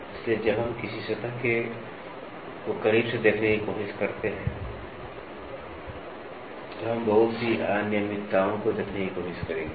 इसलिए जब हम किसी सतह को करीब से देखने की कोशिश करते हैं तो हम बहुत सी अनियमितताओं को देखने की कोशिश करेंगे